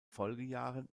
folgejahren